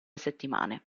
settimane